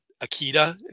Akita